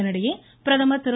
இதனிடையே பிரதமர் திரு